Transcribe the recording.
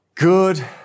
Good